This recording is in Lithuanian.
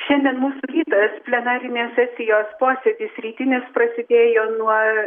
šiandien mūsų rytas plenarinės sesijos posėdis rytinis prasidėjo nuo